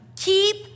keep